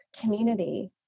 community